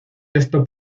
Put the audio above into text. esto